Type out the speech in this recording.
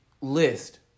list